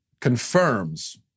confirms